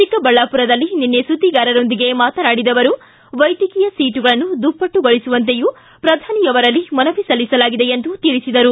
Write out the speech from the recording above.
ಚಿಕ್ಕಬಳ್ಳಾಪುರದಲ್ಲಿ ನಿನ್ನೆ ಸುದ್ದಿಗಾರರೊಂದಿಗೆ ಮಾತನಾಡಿದ ಅವರು ವೈದ್ಯಕೀಯ ಸೀಟುಗಳನ್ನು ದುಪ್ಪಟ್ಟಗೊಳಿಸುವಂತೆಯೂ ಪ್ರಧಾನಿಯವರಲ್ಲಿ ಮನವಿ ಸಲ್ಲಿಸಲಾಗಿದೆ ಎಂದು ತಿಳಿಸಿದರು